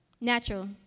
natural